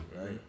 right